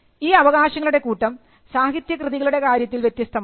ഈ അവകാശങ്ങളുടെ കൂട്ടം സാഹിത്യകൃതികളുടെ കാര്യത്തിൽ വ്യത്യസ്തമാണ്